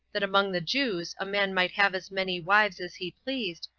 that among the jews a man might have as many wives as he pleased,